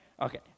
Okay